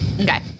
Okay